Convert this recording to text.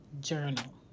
Journal